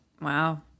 Wow